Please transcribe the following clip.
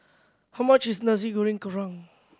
how much is Nasi Goreng Kerang